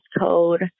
code